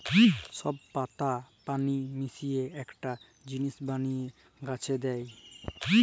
সব পাতা পালি মিলিয়ে একটা জিলিস বলিয়ে গাছে দেয়